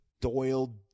doyle